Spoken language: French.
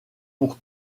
pour